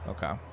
Okay